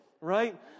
Right